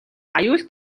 аюул